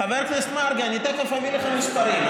חבר הכנסת מרגי, אני תכף אביא לך מספרים.